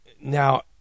Now